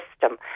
system